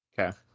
Okay